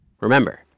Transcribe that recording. Remember